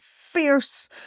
fierce